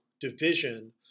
division